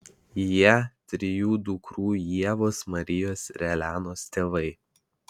jie trijų dukrų ievos marijos ir elenos tėvai